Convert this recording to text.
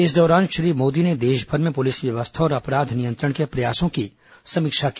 इस दौरान श्री मोदी ने देशभर में पुलिस व्यवस्था और अपराध नियंत्रण के प्रयासों की समीक्षा की